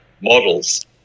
models